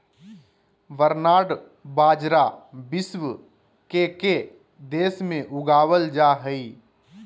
barnyard बाजरा विश्व के के देश में उगावल जा हइ